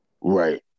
Right